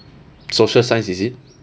social science is it